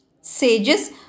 Sages